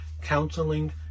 counseling